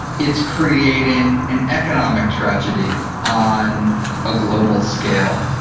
it's creating an economic tragedy on a global scale.